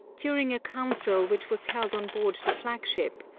during a council which was held on board the flag-ship,